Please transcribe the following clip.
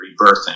rebirthing